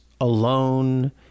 alone